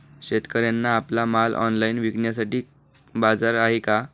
शेतकऱ्यांना आपला माल ऑनलाइन विकण्यासाठी बाजार आहे का?